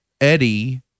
Eddie